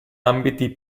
ambiti